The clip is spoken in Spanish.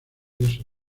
ileso